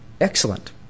excellent